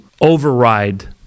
override